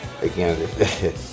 again